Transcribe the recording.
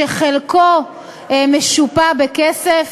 שחלקו משופה בכסף.